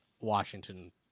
Washington